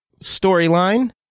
storyline